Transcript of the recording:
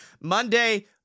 Monday